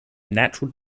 natural